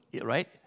right